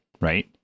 Right